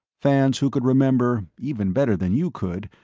fans who could remember, even better than you could,